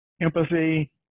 empathy